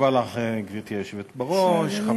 גברתי היושבת-ראש, תודה רבה לך, בבקשה, אדוני.